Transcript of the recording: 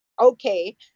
okay